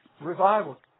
revival